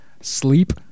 Sleep